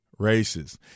racist